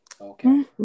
okay